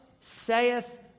saith